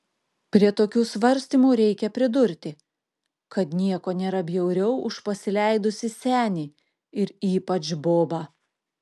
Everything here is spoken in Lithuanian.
prie tokių svarstymų reikia pridurti kad nieko nėra bjauriau už pasileidusį senį ir ypač bobą